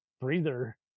breather